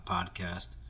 Podcast